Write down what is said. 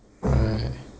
right